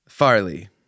Farley